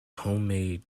homemade